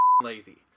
lazy